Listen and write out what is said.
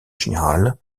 général